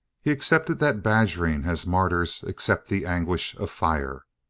he accepted that badgering as martyrs accept the anguish of fire.